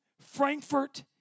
Frankfurt